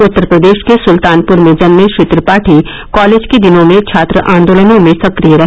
उत्तर प्रदेश के सुलतानपुर में जन्मे श्री त्रिपाठी कालेज के दिनों में छात्र आंदोलनों में सक्रिय रहे